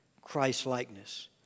Christ-likeness